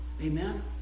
Amen